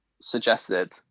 suggested